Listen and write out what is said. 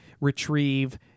retrieve